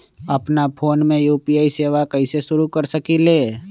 अपना फ़ोन मे यू.पी.आई सेवा कईसे शुरू कर सकीले?